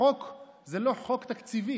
החוק לא חוק תקציבי,